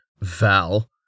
Val